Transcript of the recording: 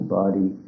body